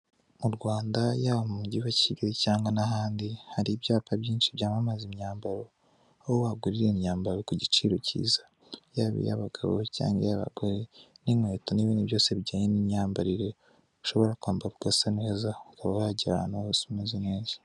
Mu Rwanda, yaba mu mugi wa Kigali cyangwa n'ahandi, hari ibyapa byinshi byamamaza imyambaro, aho wagurira imyambaro ku giciro cyiza. Yaba iy'abagabo cyangwa iy'abagore, n'inkweto, n'ibindi byose bijyanye n'imyambarire, ushobora kwambara ugasa neza, ukaba wajya ahantu hose umeze neza.